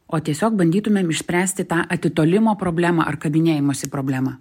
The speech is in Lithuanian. o tiesiog bandytumėm išspręsti tą atitolimo problemą ar kabinėjimosi problemą